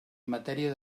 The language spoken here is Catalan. matèria